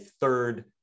third